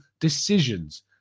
decisions